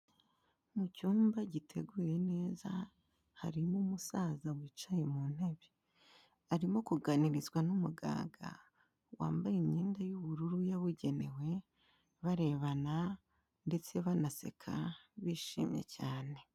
Mu cyumba giteguye neza harimo umusaza wicaye mu ntebe, arimo kuganirizwa n'umuganga wambaye imyenda y'ubururu yabugenewe, barebana ndetse banaseka bishimye cyane.